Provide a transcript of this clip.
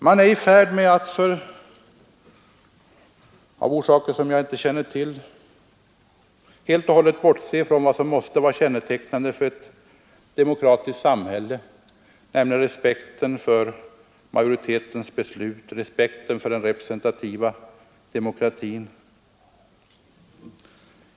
Man är av orsaker som jag inte känner till i färd med att helt och hållet bortse från vad som måste vara kännetecknande för ett demokratiskt samhälle, nämligen respekten för majoritetsbeslut och respekten för den representativa demokratin.